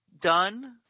done